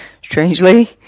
strangely